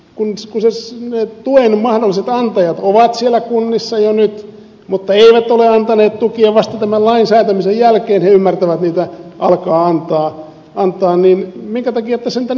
jos kerran ne tuen mahdolliset antajat ovat siellä kunnissa jo nyt mutta eivät ole antaneet tukea vasta tämän lain säätämisen jälkeen he ymmärtävät sitä alkaa antaa niin minkä takia tässä niitä nuoria rangaistaan